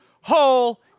whole